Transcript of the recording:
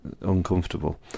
uncomfortable